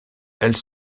elles